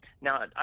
now